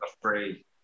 afraid